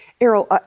Errol